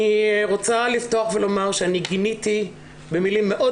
אני רוצה לפתוח ולומר שאני גיניתי במילים מאוד